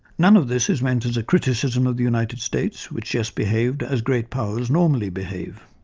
none of this is meant as a criticism of the united states, which just behaved as great powers normally behave,